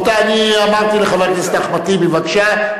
רבותי, אני אמרתי לחבר הכנסת אחמד טיבי, בבקשה.